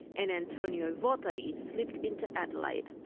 and antonio vottari slipped into adelaide.